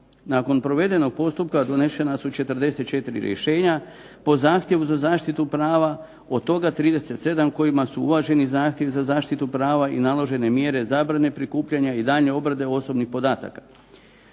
Nakon provedenog postupka donešena su 44 rješenja, po zahtjevu za zaštitu prava, od toga 37 kojima su uvaženi zahtjevi za zaštitu prava i naložene mjere zabrane prikupljanja i daljnje obrade osobnih podataka.